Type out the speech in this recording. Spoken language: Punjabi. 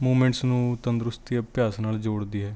ਮੂਮੈਂਟਸ ਨੂੰ ਤੰਦਰੁਸਤੀ ਅਭਿਆਸ ਨਾਲ ਜੋੜਦੀ ਹੈ